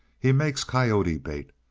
he makes coyote bait.